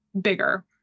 bigger